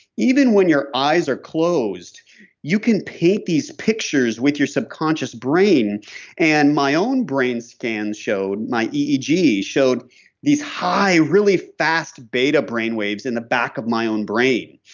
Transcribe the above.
even when your eyes are closed you can paint these pictures with your subconscious brain and my own brain scan showed, my eeg showed these high really fast beta brain waves in the back of my own brain.